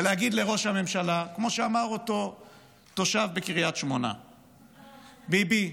ולהגיד לראש הממשלה כמו שאמר אותו תושב בקריית שמונה: ביבי,